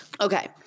Okay